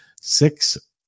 Six